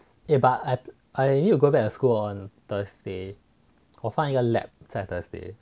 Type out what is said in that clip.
I need to go back to school on thursday 我放一个 lab 在 thursday